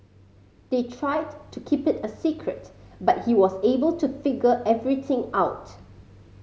they tried to keep it a secret but he was able to figure everything out